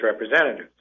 representatives